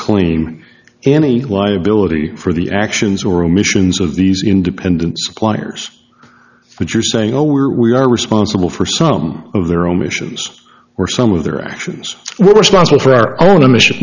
disclaim any liability for the actions or omissions of these independent suppliers but you're saying oh we're we are responsible for some of their omissions were some of their actions were responsible for our own emiss